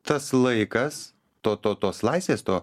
tas laikas to to tos laisvės to